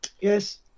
yes